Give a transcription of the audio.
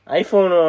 iPhone